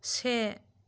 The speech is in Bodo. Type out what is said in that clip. से